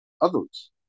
Others